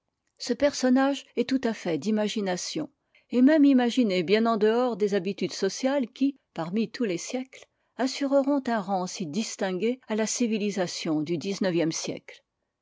ce personnage est tout à fait d'imagination et même imaginé bien en dehors des habitudes sociales qui parmi tous les siècles assureront un rang si distingué à la civilisation du xixe siècle